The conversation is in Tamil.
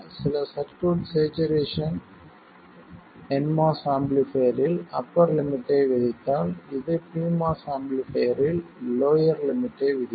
சில சர்க்யூட் ஸ்சேச்சுரேசன் nMOS ஆம்பிளிஃபைர்ரில் அப்பர் லிமிட்டை விதித்தால் இது pMOS ஆம்பிளிஃபைர்ரில் லோயர் லிமிட்டை விதிக்கும்